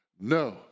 No